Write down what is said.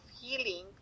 healing